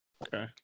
Okay